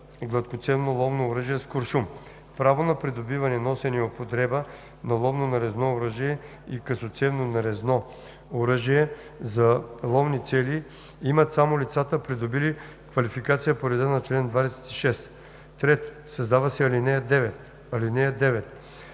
гладкоцевно ловно оръжие с куршум. Право на придобиване, носене и употреба на ловно нарезно оръжие и късоцевно нарезно оръжие за ловни цели имат само лицата, придобили квалификация по реда на чл. 26.“ 3. Създава се ал. 9: